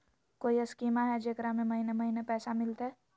कोइ स्कीमा हय, जेकरा में महीने महीने पैसा मिलते?